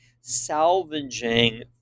salvaging